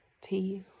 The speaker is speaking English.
tea